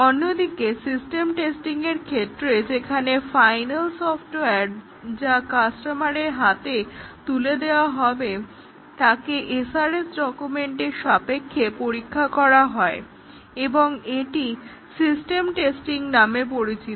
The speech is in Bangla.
অন্যদিকে সিস্টেম টেস্টিংয়ের ক্ষেত্রে যেখানে ফাইনাল সফ্টওয়্যার যা কাস্টমারের হাতে তুলে দেওয়া হবে তাকে SRS ডকুমেন্টের সাপেক্ষে পরীক্ষা করা হয় এবং এটি সিস্টেম টেস্টিং নামে পরিচিত